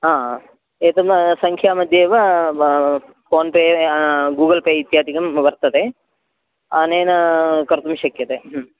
हा एतद् सङ्ख्यामध्ये एव फ़ोन् पे गूगल् पे इत्यादिकं वर्तते अनेन कर्तुं शक्यते